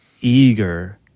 eager